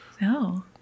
No